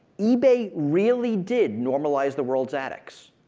ebay really did normalize the world's attics.